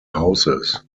houses